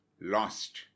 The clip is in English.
lost